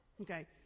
Okay